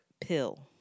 pill